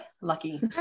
Lucky